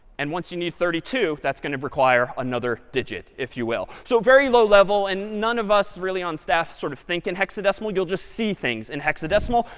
and once you need thirty two, that's going to require another digit, if you will. so very low level. and none of us really on staff sort of think in hexadecimal, you'll just see things in hexadecimal.